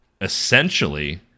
essentially